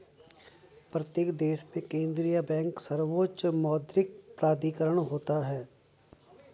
प्रत्येक देश में केंद्रीय बैंक सर्वोच्च मौद्रिक प्राधिकरण होता है